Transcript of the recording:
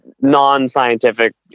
non-scientific